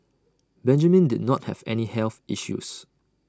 Benjamin did not have any health issues